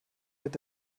mit